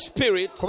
Spirit